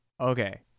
okay